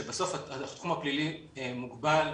שבסוף התחום הפלילי מוגבל,